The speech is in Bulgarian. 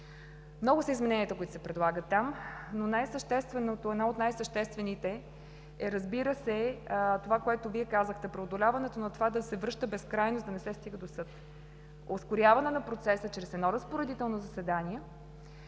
Много са измененията, които се предлагат там. Едно от най-съществените е, разбира се, това, което Вие казахте – преодоляването на това да се връща безкрайно, за да не се стига до съд. Ускоряване на процеса чрез едно разпоредително заседание,